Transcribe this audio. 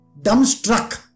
Dumbstruck